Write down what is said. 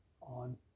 on